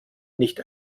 nicht